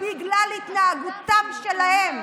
בגלל ההתנהגות שלהם,